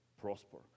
prosper